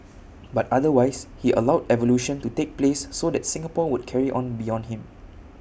but otherwise he allowed evolution to take place so that Singapore would carry on beyond him